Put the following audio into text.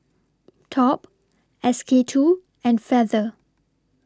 Top S K two and Feather